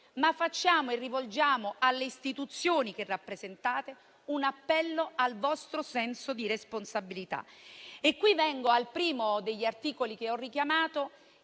si tratta, ma rivolgiamo alle istituzioni che rappresentate un appello al vostro senso di responsabilità. E qui vengo al primo degli articoli che ho richiamato